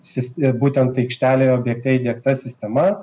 sist būtent aikštelėje objekte įdiegta sistema